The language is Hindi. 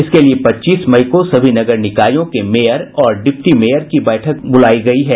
इसके लिए पच्चीस मई को सभी नगर निकायों के मेयर और डिप्टी मेयर की बैठक बुलायी गयी है